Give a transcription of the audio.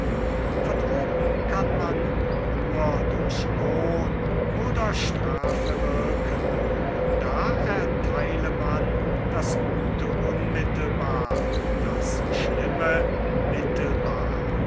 von oben kann man nur durch lohn oder strafe wirken da ertheile man das gute unmittelbar das schlimme mittelbar